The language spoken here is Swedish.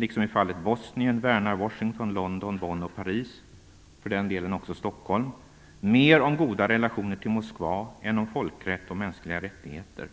Liksom i fallet Bosnien värnar Washington. London, Bonn och Paris - och för den delen också Stockholm - mer om goda relationer till Moskva än om folkrätt och mänskliga rättigheter.